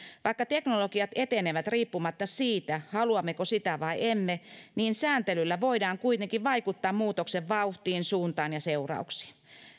vaikka teknologiat etenevät riippumatta siitä haluammeko sitä vai emme niin sääntelyllä voidaan kuitenkin vaikuttaa muutoksen vauhtiin suuntaan ja seurauksiin